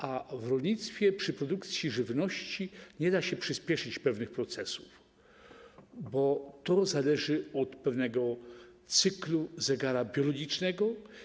A w rolnictwie przy produkcji żywności nie da się przyspieszyć pewnych procesów, bo to zależy od pewnego cyklu zegara biologicznego.